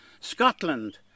Scotland